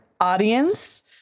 audience